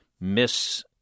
miss